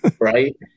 right